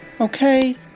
okay